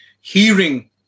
hearing